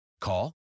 Call